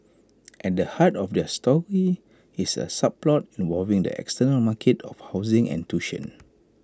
at the heart of their story is A subplot involving the external markets of housing and tuition